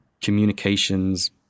communications